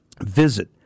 Visit